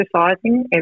exercising